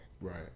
Right